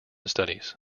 studies